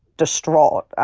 distraught.